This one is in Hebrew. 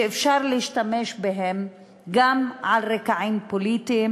שאפשר להשתמש בהן גם על רקע פוליטי,